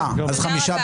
אושרו.